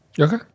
Okay